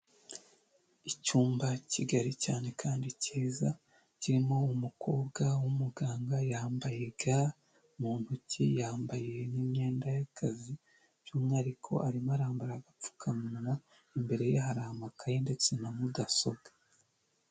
Icyumba kigari cyane kandi kiza, kirimo umukobwa w'umuganga yambaye ga mu ntoki yambaye n'imyenda y'akazi, by'umwihariko arimo arambara agapfukamunwa imbere ye hari hamakaye ndetse na mudasobwa.